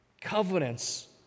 Covenants